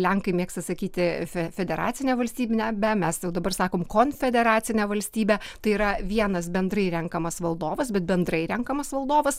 lenkai mėgsta sakyti federacinę valstybinę be mes jau dabar sakom konfederacinę valstybę tai yra vienas bendrai renkamas valdovas bet bendrai renkamas valdovas